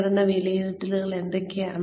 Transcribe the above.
പ്രകടന വിലയിരുത്തലുകൾ എന്തൊക്കെയാണ്